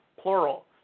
plural